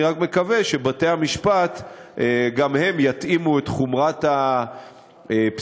אני מקווה רק שבתי-המשפט יתאימו גם הם את חומרת הפסיקות